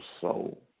soul